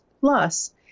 plus